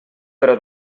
però